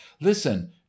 listen